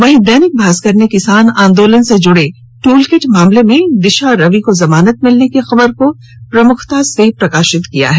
वहीं दैनिक भास्कर ने किसान आंदोलन से जुड़े ट्रलकिट मामले में दिशा रवि को जमानत मिलने की खबर को प्रमुखता से प्रकाशित किया है